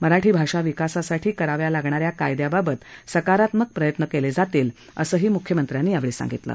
मराठी भाषा विकासासाठी कराव्या लागणाऱ्या कायद्यांबाबत सकारात्मक असेच प्रयत्न केले जातील असं मुख्यमंत्र्यांनी सांगितलं